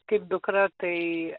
kaip dukra tai